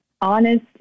honest